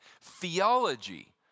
Theology